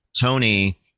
Tony